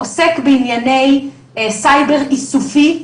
עוסק בענייני סייבר איסופי,